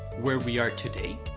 where we are today,